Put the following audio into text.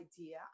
idea